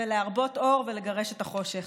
להרבות אור ולגרש את החושך.